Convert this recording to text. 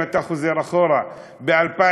אם אתה חוזר אחורה ל-2013,